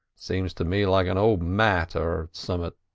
seems to me like an old mat or summat.